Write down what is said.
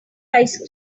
ice